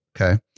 Okay